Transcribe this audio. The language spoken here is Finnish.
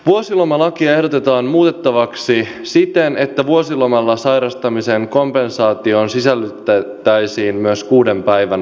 vuosilomalakia ehdotetaan muutettavaksi siten että vuosilomalla sairastamisen kompensaatioon sisällytettäisiin myös kuuden päivän omavastuu